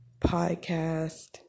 podcast